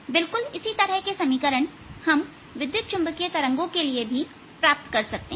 बिल्कुल इसी तरह के समीकरण हम विद्युत चुंबकीय तरंगों के लिए भी प्राप्त कर सकते हैं